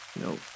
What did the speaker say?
No